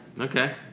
Okay